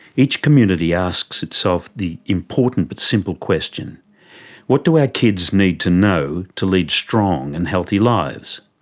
each community asks itself the important but simple question what do our kids need to know to lead strong and healthy lives?